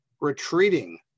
retreating